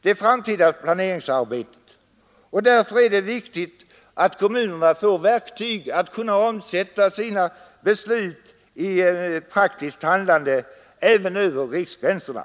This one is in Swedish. Därför är det viktigt att kommunerna får verktyg för att kunna omsätta sina beslut i praktiskt handlande, även över riksgränserna.